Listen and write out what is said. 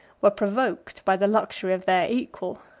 were provoked by the luxury of their equal.